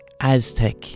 Aztec